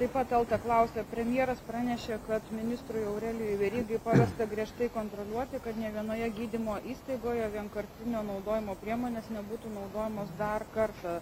taip pat elta klausia premjeras pranešė kad ministrui aurelijui verygai pavesta griežtai kontroliuoti kad nė vienoje gydymo įstaigoje vienkartinio naudojimo priemonės nebūtų naudojamos dar kartą